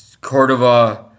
Cordova